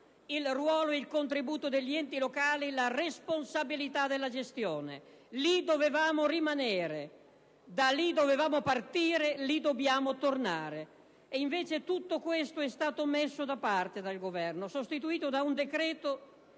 il ruolo e il contributo degli enti locali, la responsabilità della gestione. Lì dovevamo rimanere; da lì dovevamo partire; lì dobbiamo tornare. Invece, tutto questo è stato messo da parte dal Governo, sostituito da un decreto